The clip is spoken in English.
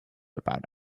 about